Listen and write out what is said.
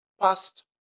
past